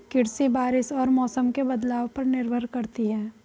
कृषि बारिश और मौसम के बदलाव पर निर्भर करती है